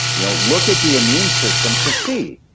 you know look at the immune system to see,